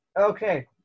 Okay